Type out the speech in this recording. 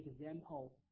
example